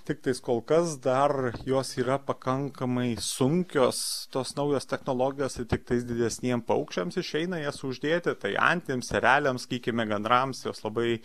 tiktais kol kas dar jos yra pakankamai sunkios tos naujos technologijos tai tiktais didesniem paukščiams išeina jas uždėti tai antims ereliams sakykime gandrams jos labai